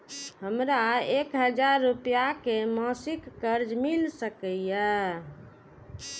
हमरा एक हजार रुपया के मासिक कर्ज मिल सकिय?